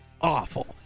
awful